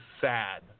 sad